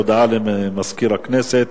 הודעה לסגן מזכירת הכנסת.